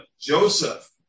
Joseph